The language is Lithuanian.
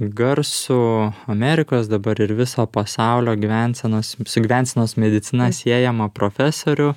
garsų amerikos dabar ir viso pasaulio gyvensenos gyvensenos medicina siejamą profesorių